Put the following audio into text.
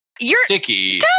sticky